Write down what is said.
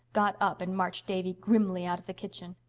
got up and marched davy grimly out of the kitchen.